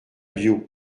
biot